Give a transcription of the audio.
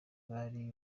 bari